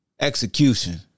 execution